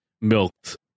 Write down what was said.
milked